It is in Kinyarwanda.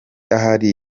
ahari